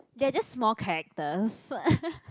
they are just small characters